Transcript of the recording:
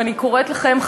ואני קוראת לכם,